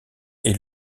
est